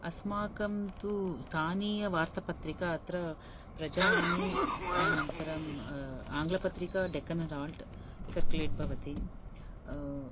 अस्माकं तु स्थानीयवार्तापत्रिका अत्र प्रजावाणी अनन्तरम् आङ्ग्लपत्रिका डेक्कन् हराल्ड् सर्कुलेट् भवति